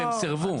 והם סירבו.